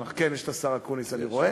כן, השר אקוניס, אני רואה.